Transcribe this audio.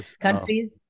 countries